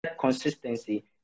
consistency